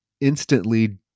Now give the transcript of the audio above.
instantly